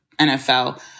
NFL